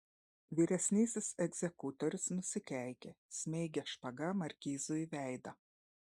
vyresnysis egzekutorius nusikeikė smeigė špaga markizui į veidą